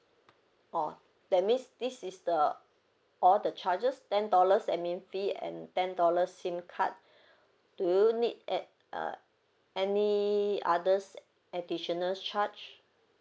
orh that means this is the all the charges ten dollars admin fee and ten dollars SIM card do you need add~ uh any others additional charge